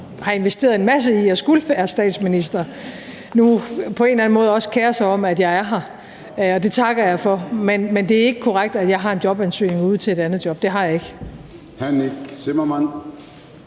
har investeret en masse i, at jeg skulle være statsminister, nu på en eller anden måde også kerer sig om, at jeg er her, og det takker jeg for. Men det er ikke korrekt, at jeg har en jobansøgning ude til et andet job. Det har jeg ikke.